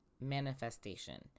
manifestation